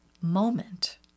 moment